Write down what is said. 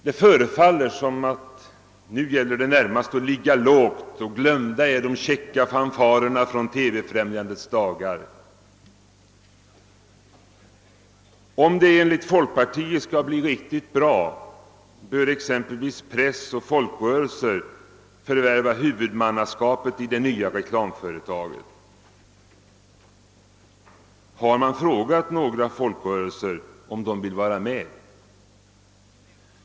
Det förefaller som om det nu närmast gäller att ligga lågt, och glömda är de käcka fanfarer från TV-främjandets dagar. Om det enligt folkpartiet skall bli riktigt bra bör exempelvis press och folkrörelser förvärva huvudmannaskapet i det nya reklamföretaget. Men har man frågat några folkrörelser, om de vill vara med?